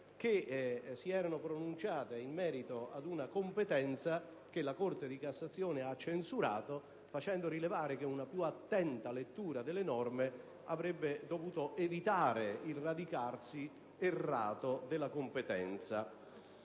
che si erano pronunciate su una competenza che la Corte di cassazione ha censurato, facendo rilevare che una più attenta lettura delle norme avrebbe dovuto evitare il radicarsi errato della competenza